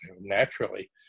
naturally